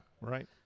right